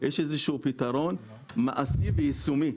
יש איזה שהוא פתרון מעשי ויישומי,